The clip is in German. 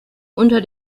unter